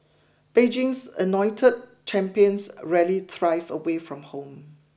Beijing's anointed champions rarely thrive away from home